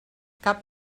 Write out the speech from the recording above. cap